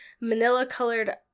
manila-colored